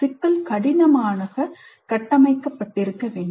சிக்கல் கடினமாக கட்டமைக்கப்பட்டிருக்க வேண்டும்